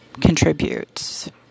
contributes